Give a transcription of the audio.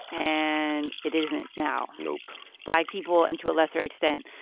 and it isn't now nope black people and to a lesser extent,